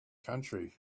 country